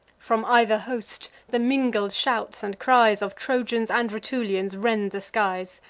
from either host, the mingled shouts and cries of trojans and rutulians rend the skies.